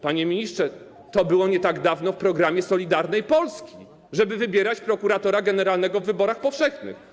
Panie ministrze, to było nie tak dawno w programie Solidarnej Polski, żeby wybierać prokuratora generalnego w wyborach powszechnych.